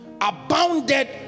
abounded